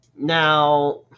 Now